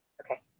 Okay